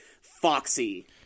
Foxy